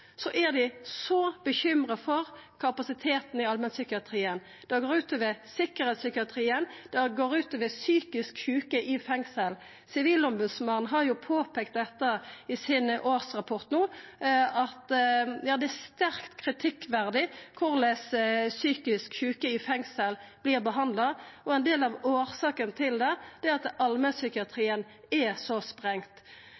er dei svært bekymra for kapasiteten i allmennpsykiatrien. Det går ut over sikkerheitspsykiatrien, det går ut over psykisk sjuke i fengsel. Sivilombodsmannen har påpeikt dette i årsrapporten sin no, at det er sterkt kritikkverdig korleis psykisk sjuke i fengsel vert behandla, og ein del av årsaka til det er at